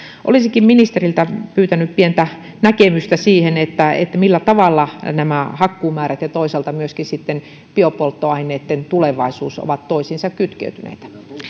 olisinkin ministeriltä pyytänyt pientä näkemystä siihen millä tavalla hakkuumäärät ja toisaalta myöskin sitten biopolttoaineitten tulevaisuus ovat toisiinsa kytkeytyneitä